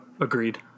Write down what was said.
agreed